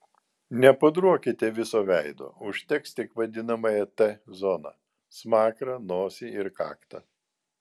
nepudruokite viso veido užteks tik vadinamąją t zoną smakrą nosį ir kaktą